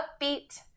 Upbeat